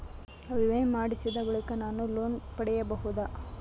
ವಿಮೆ ಮಾಡಿಸಿದ ಬಳಿಕ ನಾನು ಲೋನ್ ಪಡೆಯಬಹುದಾ?